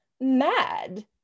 mad